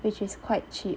which is quite cheap